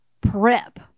prep